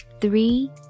three